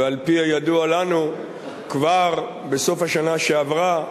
ועל-פי הידוע לנו כבר בסוף השנה שעברה,